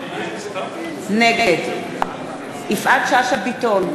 נגד יפעת שאשא ביטון,